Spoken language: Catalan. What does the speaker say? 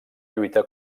lluita